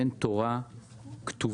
ואין תורה כתובה